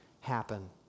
happen